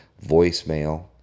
voicemail